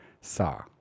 Saw